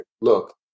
look